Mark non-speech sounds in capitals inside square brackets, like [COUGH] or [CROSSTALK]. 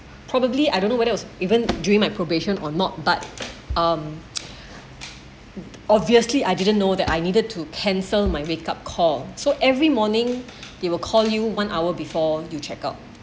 probably I don't know what else even during my probation or not but um [NOISE] obviously I didn't know that I needed to cancel my wake up call so every morning he will call you one hour before you check out